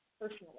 personally